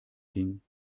ging